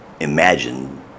Imagine